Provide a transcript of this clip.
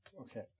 Okay